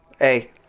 hey